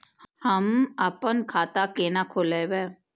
हम आपन खाता केना खोलेबे?